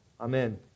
Amen